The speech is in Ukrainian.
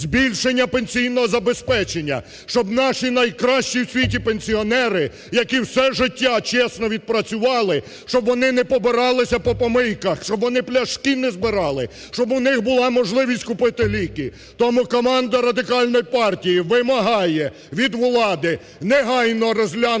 збільшення пенсійного забезпечення, щоб наші найкращі в світі пенсіонери, які все життя чесно відпрацювали, щоб вони не побиралися по помийках, щоб вони пляшки не збирали, щоб у них була можливість купити ліки. Тому команда Радикальної партії вимагає від влади негайно розглянути